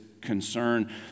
concern